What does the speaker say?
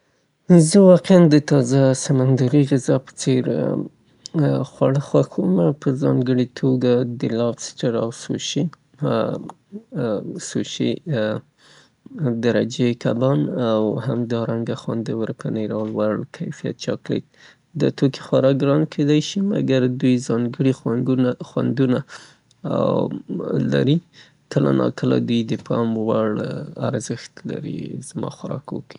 زه واقعان د هغه خوړو نه خوند اخلمه چه غذایی ارزش یې پورته وي لکه سوشي. لوړ کیفیت لري او قیمته دي، مګر بیا هم داسې ندې چه قابل د دسترس نه وي. کولای سي سړی په فروشګاوو کې وګوري او وایخلي، پیداکیږي، قابل د دسترس دي.